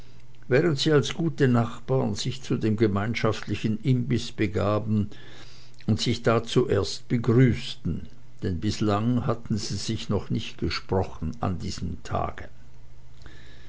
während sie als gute nachbaren sich zu dem gemeinschaftlichen imbiß begaben und sich da zuerst begrüßten denn bislang hatten sie sich noch nicht gesprochen an diesem tage